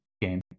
game